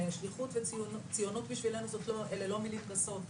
ושליחות וציונות בשבילנו אלה לא מילים גסות,